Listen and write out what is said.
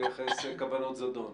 נמשכת מאז תחילת משבר הקורונה.